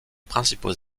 principaux